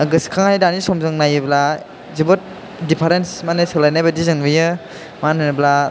गोसोखांनानै दानि समजों नायोब्ला जोबोद दिफारेन्स माने सोलायनाय बायदि जों नुयो मानो होनोब्ला